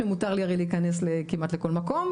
שהרי מותר לי להיכנס כמעט לכל מקום,